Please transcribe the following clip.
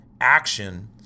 action